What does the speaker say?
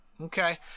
Okay